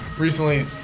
recently